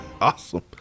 Awesome